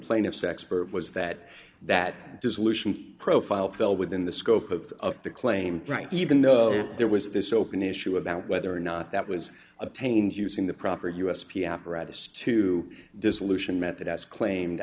plaintiff's expert was that that dissolution profile fell within the scope of of the claim right even though there was this open issue about whether or not that was obtained using the proper u s p apparatus to dissolution method as claimed